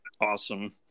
awesome